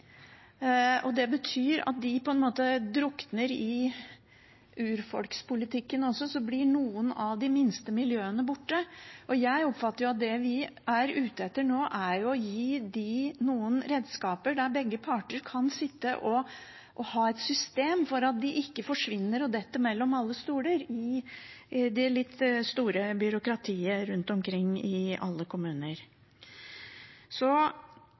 og det betyr at de på en måte drukner i urfolkspolitikken, at noen av de minste miljøene blir borte. Og jeg oppfatter at det vi er ute etter nå, er å gi dem noen redskaper der begge parter kan ha et system for at de ikke forsvinner og detter mellom alle stoler i det litt store byråkratiet rundt omkring i alle kommuner. Så